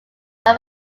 are